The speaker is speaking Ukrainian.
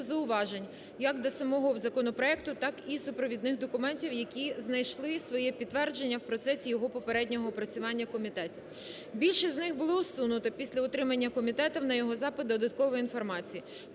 зауважень, як до самого законопроекту, так і супровідних документів, які знайшли своє підтвердження у процесі його попереднього опрацювання комітетом. Більшість з них було усунуто після отримання комітетом на його запит додаткової інформації.